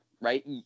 right